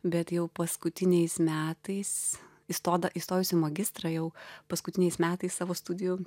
bet jau paskutiniais metais įstoda įstojus į magistrą jau paskutiniais metais savo studijų